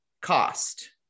cost